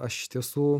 aš iš tiesų